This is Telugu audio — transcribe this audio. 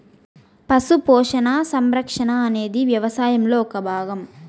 పశు పోషణ, సంరక్షణ అనేది వ్యవసాయంలో ఒక భాగం